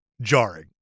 jarring